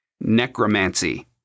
Necromancy